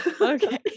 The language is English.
Okay